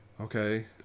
okay